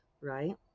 right